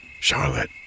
Charlotte